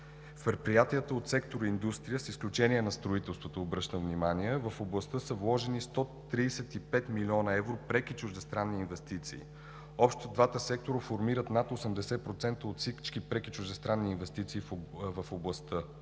В предприятията от сектор „Индустрия“, с изключение на строителството – обръщам внимание, в областта са вложени 135 млн. евро преки чуждестранни инвестиции. В областта общо двата сектора формират над 80% от всички преки чуждестранни инвестиции – най-много